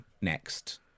next